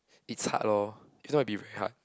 it's hard lor it's gonna be very hard